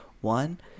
One